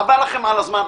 חבל לכם על הזמן.